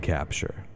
Capture